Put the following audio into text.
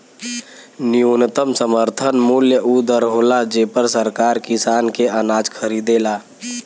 न्यूनतम समर्थन मूल्य उ दर होला जेपर सरकार किसान के अनाज खरीदेला